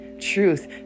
truth